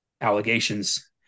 allegations